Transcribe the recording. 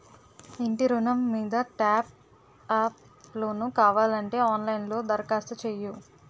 ఇంటి ఋణం మీద టాప్ అప్ లోను కావాలంటే ఆన్ లైన్ లో దరఖాస్తు చెయ్యు